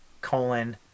colon